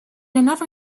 another